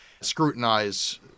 scrutinize